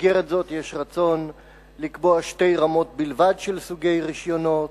במסגרת זאת יש רצון לקבוע שתי רמות בלבד של סוגי רשיונות